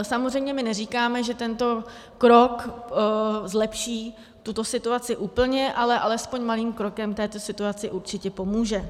Samozřejmě neříkáme, že tento krok zlepší situaci úplně, ale alespoň malým krokem této situaci určitě pomůže.